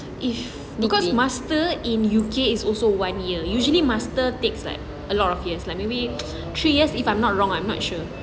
if because master in U_K is also one year usually master takes like a lot of years like maybe three years if I'm not wrong I'm not sure